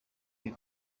iri